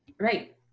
Right